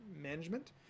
management